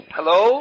Hello